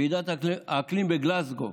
ועידת האקלים בגלזגו.